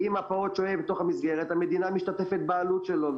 אם הפעוט שוהה בתוך המסגרת המדינה משתתפת בעלות שלו,